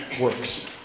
works